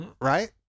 Right